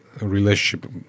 relationship